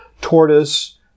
tortoise